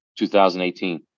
2018